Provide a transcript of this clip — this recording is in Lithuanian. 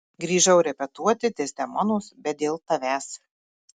grįžau repetuoti dezdemonos bet dėl tavęs